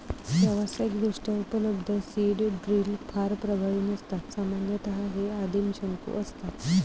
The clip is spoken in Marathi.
व्यावसायिकदृष्ट्या उपलब्ध सीड ड्रिल फार प्रभावी नसतात सामान्यतः हे आदिम शंकू असतात